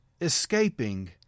escaping